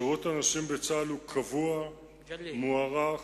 שירות הנשים בצה"ל הוא קבוע, מוערך,